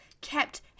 kept